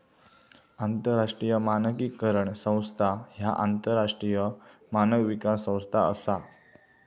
आंतरराष्ट्रीय मानकीकरण संस्था ह्या आंतरराष्ट्रीय मानक विकास संस्था असा